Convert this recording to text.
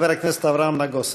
חבר הכנסת אברהם נגוסה.